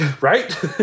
right